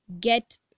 get